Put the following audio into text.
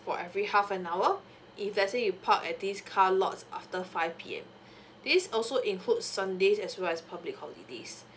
for every half an hour if let's say you park at this car lots after five P_M this also include sundays as well as public holiday